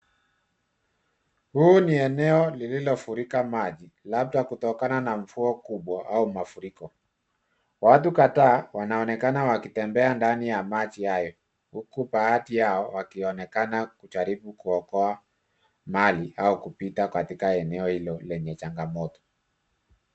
Huu ni eneo lililofurika maji labda kutokana na mvua kubwa au mafuriko. Watu kadhaa wanaonekana wakitembea ndani ya maji hayo, huku baadhi yao wakionekana kujaribu kuokoa mali au kupita katika eneo hili lenye changamoto.